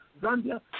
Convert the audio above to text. Zambia